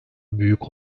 büyük